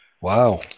Wow